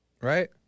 right